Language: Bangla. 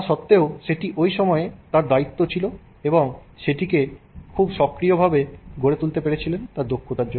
তা সত্বেও সেটি ওই সময়ে তার দায়িত্ব ছিল এবং তিনি সেটিকে খুব সক্রিয় ভাবে গড়ে তুলতে পেরেছিলেন তার দক্ষতার জন্য